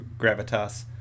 gravitas